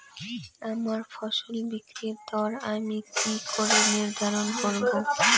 আমার ফসল বিক্রির দর আমি কি করে নির্ধারন করব?